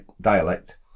dialect